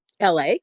LA